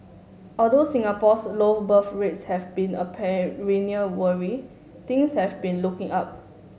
although Singapore's low birth rates have been a perennial worry things have been looking up